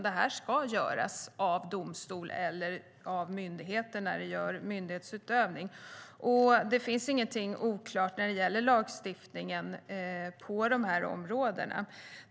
De ska skötas av domstol eller genom myndighetsutövning. Det finns inget som är oklart när det gäller lagstiftningen på dessa områden.